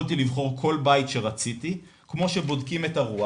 יכולתי לבחור כל בית שרציתי כמו שבודקים את הרוח.